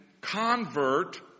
convert